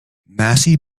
massey